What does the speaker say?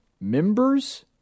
members